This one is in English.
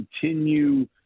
continue